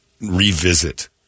revisit